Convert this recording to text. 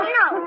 no